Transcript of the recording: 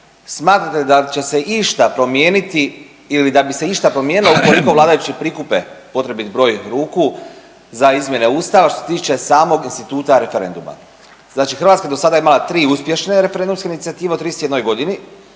smatrate da će se išta promijeniti ili da bi se išta promijenilo ukoliko vladajući prikupe potrebit broj ruku za izmjene Ustava što se tiče samog instituta referenduma. Znači Hrvatska je do sada imala tri uspješne referendumske inicijative u 31 godini,